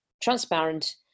transparent